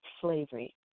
slavery